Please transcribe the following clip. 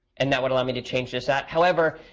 and that would allow me to change this out. however,